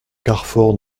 carfor